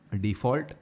default